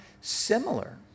similar